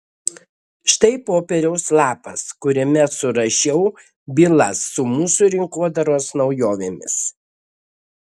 štai popieriaus lapas kuriame surašiau bylas su mūsų rinkodaros naujovėmis